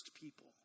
people